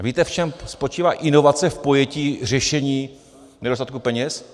A víte, v čem spočívá inovace v pojetí řešení nedostatku peněz?